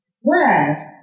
Whereas